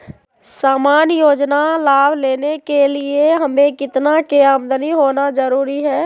सामान्य योजना लाभ लेने के लिए हमें कितना के आमदनी होना जरूरी है?